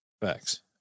Facts